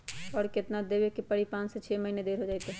और केतना देब के परी पाँच से छे दिन देर हो जाई त?